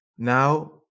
Now